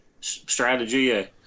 strategy